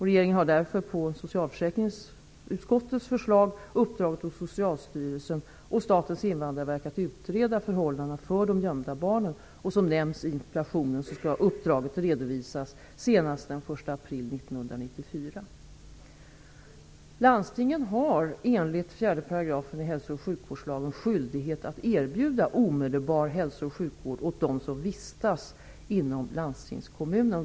Regeringen har därför, på socialförsäkringsutskottets förslag, uppdragit åt Socialstyrelsen och Statens invandrarverk att utreda förhållandena för de gömda barnen. Som nämns i interpellationen skall uppdraget redovisas senast den 1 april 1994. Landstingen har enligt 4 § hälso och sjukvårdslagen skyldighet att erbjuda omedelbar hälso och sjukvård åt dem som vistas inom landstingskommunen.